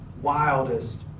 wildest